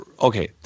okay